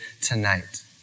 tonight